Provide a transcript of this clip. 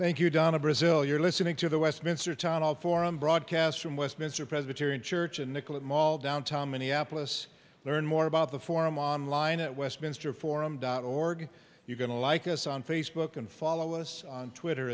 thank you donna brazil you're listening to the westminster town hall forum broadcast from westminster presbyterian church and nicolette mall downtown minneapolis learn more about the forum online at westminster forum dot org you're going to like us on facebook and follow us on twitter